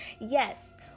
Yes